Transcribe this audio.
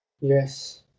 Yes